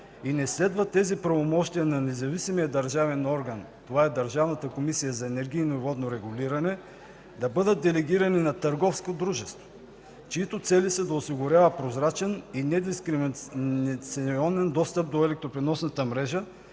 и не следва тези правомощия на независимия държавен орган – Държавната комисия за енергийно и водно регулиране, да бъдат делегирани на търговско дружество, чиито цели са да осигурява прозрачен и недискриминационен достъп до електропреносната мрежа